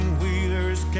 wheelers